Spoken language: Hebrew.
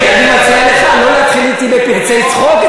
אני מציע לך לא להתחיל אתי בפרצי צחוק,